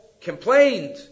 complained